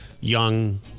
young